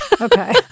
Okay